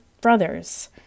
brothers